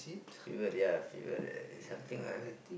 fever ya fever something like that